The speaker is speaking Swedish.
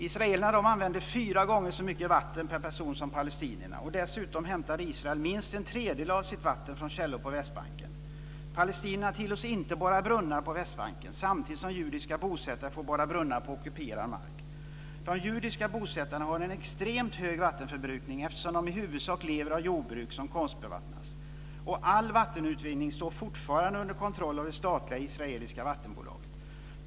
Israelerna använder fyra gånger så mycket vatten per person som palestinierna. Och dessutom hämtar Israel minst en tredjedel av sitt vatten från källor på Västbanken. Palestinierna tillåts inte borra brunnar på Västbanken, samtidigt som judiska bosättare får borra brunnar på ockuperad mark. De judiska bosättarna har en extremt hög vattenförbrukning, eftersom de i huvudsak lever av jordbruk som konstbevattnas. Och all vattenutvinning står fortfarande under kontroll av det statliga israeliska vattenbolaget.